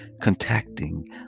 contacting